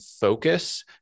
focus